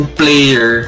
player